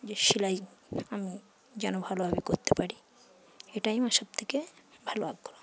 যে সেলাই আমি যেন ভালোভাবে করতে পারি এটাই আমার সবথেকে ভালো আগ্রহ